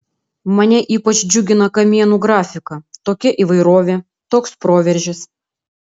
mane ypač džiugina kamienų grafika tokia įvairovė toks proveržis